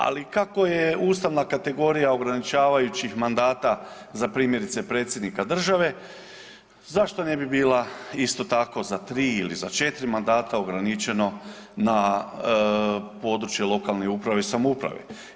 Ali kako je ustavna kategorija ograničavajućih mandata za primjerice predsjednika države, zašto ne bi bila isto tako za tri ili za četiri mandata ograničeno na područje lokalne uprave i samouprave.